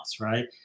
right